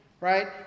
Right